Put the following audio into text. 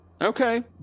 Okay